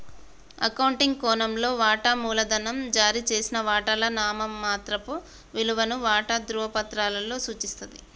accounting కోణంలో, వాటా మూలధనం జారీ చేసిన వాటాల నామమాత్రపు విలువను వాటా ధృవపత్రాలలో సూచిస్తది